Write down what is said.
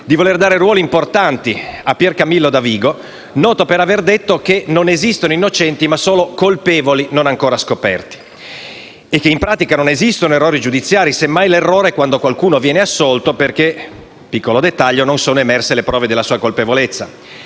di voler dare ruoli importanti a Piercamillo Davigo, noto per aver detto che non esistono innocenti ma solo colpevoli non ancora scoperti e che, in pratica, non esistono errori giudiziari. Semmai, l'errore è quando qualcuno viene assolto perché - piccolo dettaglio - non sono emerse le prove della sua colpevolezza.